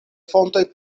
fontoj